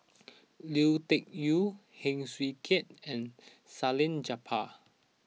Lui Tuck Yew Heng Swee Keat and Salleh Japar